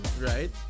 Right